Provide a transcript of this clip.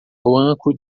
banco